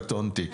קטונתי,